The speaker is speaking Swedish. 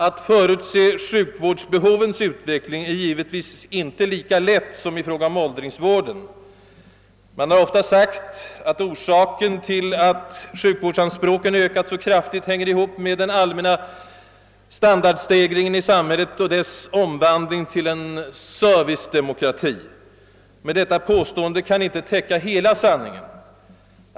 Att förutse sjukvårdens behovsutveckling är givetvis inte lika lätt som i fråga om åldringsvården. Man har ofta sagt att orsaken till att sjukvårdsanspråken ökat så kraftigt hänger ihop med den allmänna standardstegringen i samhället och dettas omvandling till en servicedemokrati. Men detta påstående kan inte täcka hela sanningen.